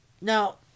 Now